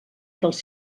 dels